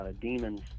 demons